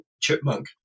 Chipmunk